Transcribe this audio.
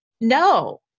no